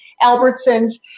Albertson's